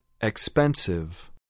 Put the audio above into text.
Expensive